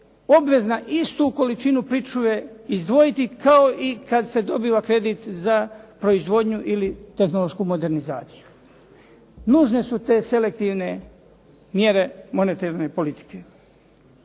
obvezna istu količinu pričuve izdvojiti kao i kad se dobiva kredit za proizvodnju ili tehnološku modernizaciju. Nužne su te selektivne mjere monetarne politike.